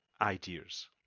ideas